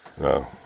No